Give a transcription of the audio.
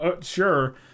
Sure